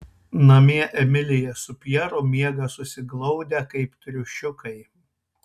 namie emilija su pjeru miega susiglaudę kaip triušiukai